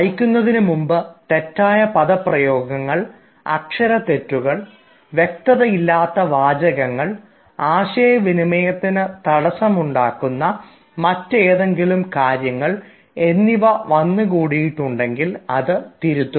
അയക്കുന്നതിന് മുമ്പ് തെറ്റായ പദപ്രയോഗങ്ങൾ അക്ഷരതെറ്റുകൾ വ്യക്തതയില്ലാത്ത വാചകങ്ങൾ ആശയവിനിമയത്തിന് തടസ്സമുണ്ടാക്കുന്ന മറ്റെന്തെങ്കിലും കാര്യങ്ങൾ എന്നിവ വന്നു കൂടിയിട്ടുണ്ടെങ്കിൽ അത് തിരുത്തുക